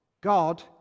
God